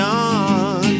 on